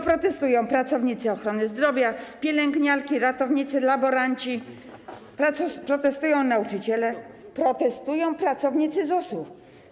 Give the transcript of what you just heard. Protestują pracownicy ochrony zdrowia, pielęgniarki, ratownicy, laboranci, protestują nauczyciele, protestują pracownicy ZUS-u.